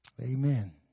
Amen